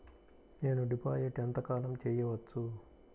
నేను డిపాజిట్ ఎంత కాలం చెయ్యవచ్చు?